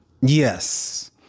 Yes